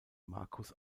marcus